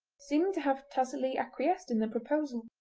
seeming to have tacitly acquiesced in the proposal.